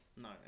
No